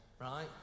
right